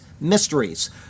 mysteries